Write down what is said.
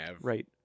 Right